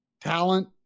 talent